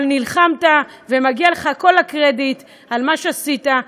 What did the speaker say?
אבל נלחמת, ומגיע לך כל הקרדיט על מה שעשית.